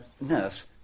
Nurse